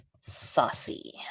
saucy